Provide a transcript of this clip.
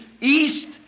east